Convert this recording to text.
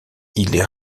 ils